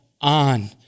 on